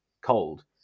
cold